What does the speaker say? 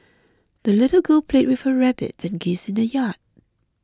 the little girl played with her rabbit and geese in the yard